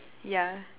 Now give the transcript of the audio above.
ya